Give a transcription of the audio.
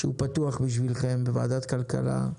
שהוא פתוח בשבילכם, בוועדת כלכלה.